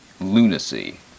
lunacy